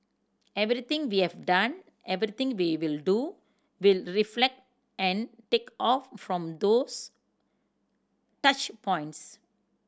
everything we have done everything we will do will reflect and take off from those touch points